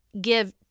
give